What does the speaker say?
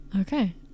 Okay